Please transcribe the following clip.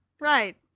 Right